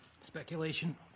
Speculation